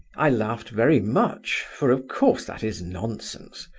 i laughed very much, for of course that is nonsense.